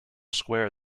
square